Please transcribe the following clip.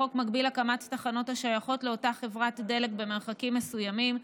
החוק מגביל הקמת תחנות השייכות לאותה חברת דלק במרחקים מסוימים,